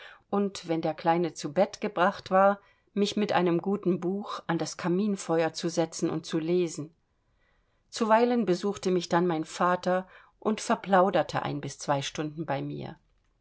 und wenn der kleine zu bett gebracht war mich mit einem guten buch an das kaminfeuer zu setzen und zu lesen zuweilen besuchte mich dann mein vater und verplauderte ein bis zwei stunden bei mir